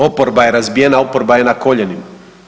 Oporba je razbijena, oporba je na koljenima.